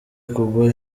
kugwa